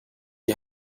die